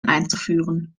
einzuführen